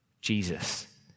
Jesus